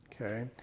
Okay